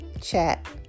chat